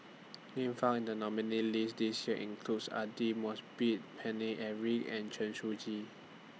Names found in The nominees' list This Year includes Aidli Mosbit Paine Eric and Chen Shiji